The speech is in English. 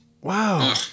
Wow